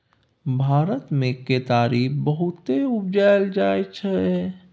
भारत मे केतारी बहुते उपजाएल जाइ छै